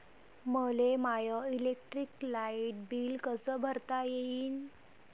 मले my electric light bill कस भरता येईल?